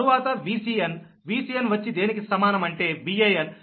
తరువాత VcnVcn వచ్చి దేనికి సమానం అంటే Van